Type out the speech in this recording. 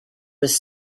was